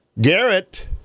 Garrett